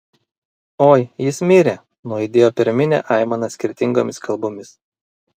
oi jis mirė nuaidėjo per minią aimana skirtingomis kalbomis